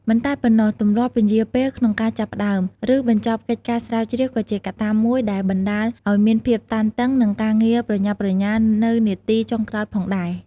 មិនតែប៉ុណ្ណោះ ទម្លាប់ពន្យារពេលក្នុងការចាប់ផ្តើម ឬបញ្ចប់កិច្ចការស្រាវជ្រាវក៏ជាកត្តាមួយដែលបណ្តាលឱ្យមានភាពតានតឹង និងការងារប្រញាប់ប្រញាល់នៅនាទីចុងក្រោយផងដែរ។